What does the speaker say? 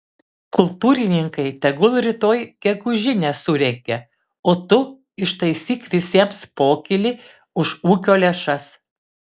kultūrininkai tegul rytoj gegužinę surengia o tu ištaisyk visiems pokylį už ūkio lėšas